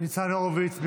ניצן הורוביץ.